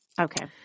Okay